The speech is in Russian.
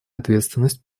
ответственность